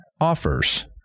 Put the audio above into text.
offers